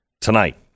Tonight